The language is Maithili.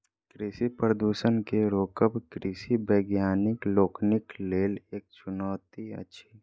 कृषि प्रदूषण के रोकब कृषि वैज्ञानिक लोकनिक लेल एक चुनौती अछि